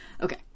Okay